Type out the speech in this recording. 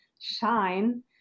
shine